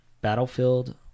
Battlefield